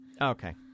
Okay